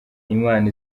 imana